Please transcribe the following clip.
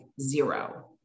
zero